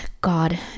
God